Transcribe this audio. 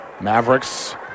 Mavericks